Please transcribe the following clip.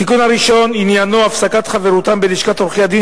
התיקון הראשון עניינו הפסקת חברותם בלשכת עורכי-הדין